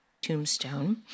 tombstone